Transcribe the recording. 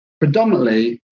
predominantly